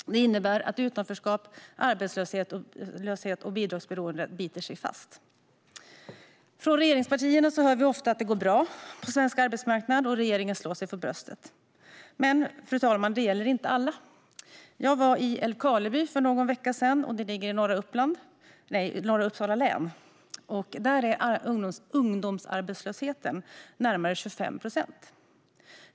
Detta innebär att utanförskap, arbetslöshet och bidragsberoende biter sig fast. Från regeringspartierna hör vi ofta att det går bra på svensk arbetsmarknad, och regeringen slår sig för bröstet. Men, fru talman, det gäller inte alla. Jag var i Älvkarleby för någon vecka sedan. Det ligger i norra Uppsala län. Där är ungdomsarbetslösheten närmare 25 procent.